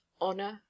honor